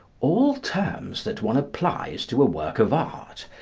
all terms that one applies to a work of art,